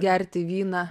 gerti vyną